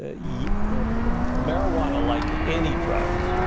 ah yeah marijuana, like any drug,